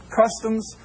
customs